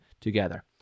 together